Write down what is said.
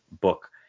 book